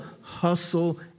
hustle